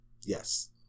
Yes